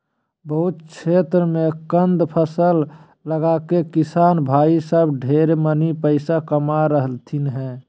बहुत क्षेत्र मे कंद फसल लगाके किसान भाई सब ढेर मनी पैसा कमा रहलथिन हें